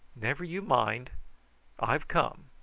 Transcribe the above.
never you mind i've come,